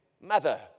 mother